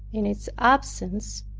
in its absence,